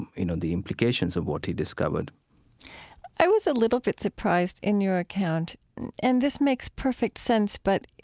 you know, the implications of what he discovered i was a little bit surprised in your account and this makes perfect sense, but,